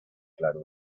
claro